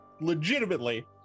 legitimately